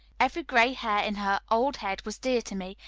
every gray hair in her old head was dear to me,